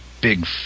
big